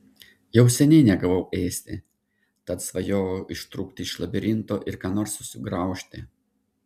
jau seniai negavau ėsti tad svajojau ištrūkti iš labirinto ir ką nors sugraužti